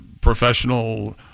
professional